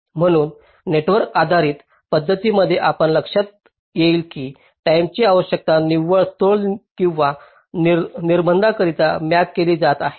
म्हणून नेटवर आधारित पद्धतींमध्ये आपल्या लक्षात येईल की टाईमेची आवश्यकता निव्वळ तोल किंवा निर्बंधांकरिता मॅप केली जात आहे